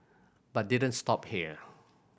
but didn't stop here